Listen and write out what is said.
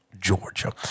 georgia